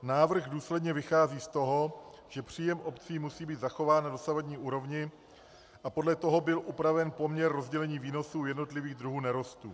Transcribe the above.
Návrh důsledně vychází z toho, že příjem obcí musí být zachován na dosavadní úrovni, a podle toho byl upraven poměr rozdělení výnosů u jednotlivých druhů nerostů.